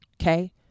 okay